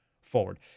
forward